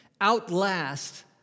outlast